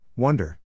Wonder